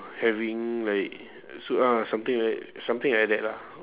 having like so ah something like that something like that lah